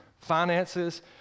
finances